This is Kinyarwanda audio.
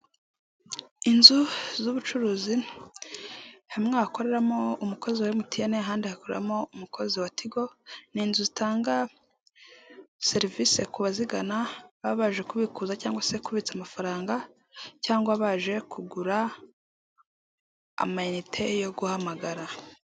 Inzu z'ubucuruzi hamwe hakoreramo umukozi wa emutiyene ahandi hakoreramo umukozi wa tigo ni inzu zitanga serivisi ku bazigana baba baje kubikuza cyangwa se kubitsa amafaranga cyangwa baje kugura amayinite yo guhamagara.